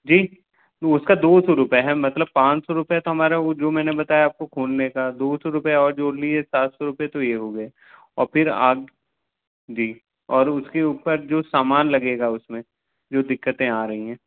जी तो उसका दो सौ रुपये है मतलब पाँच सौ रुपये तो हमारा वो जो मैंने बताया आपको खोलने का दो सौ रुपये और जोड़ लिए सात सौ रुपये तो ये हो गए अब फिर आप जी और उसके ऊपर जो सामान लगेगा उस में जो दिक्कतें आ रहीं हैं